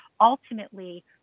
ultimately